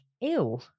Ew